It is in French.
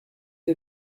est